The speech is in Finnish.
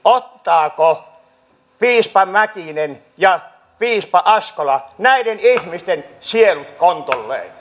ottavatko piispa mäkinen ja piispa askola näiden ihmisten sielut kontolleen